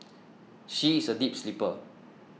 she is a deep sleeper